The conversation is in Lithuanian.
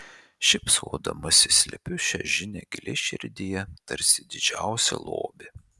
šypsodamasi slepiu šią žinią giliai širdyje tarsi didžiausią lobį